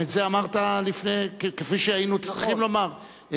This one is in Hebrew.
גם את זה אמרת, כפי שהיינו צריכים לומר.